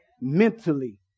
Mentally